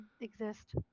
exist